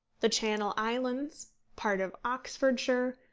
the channel islands, part of oxfordshire,